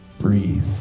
breathe